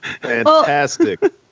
Fantastic